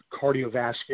cardiovascular